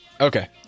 Okay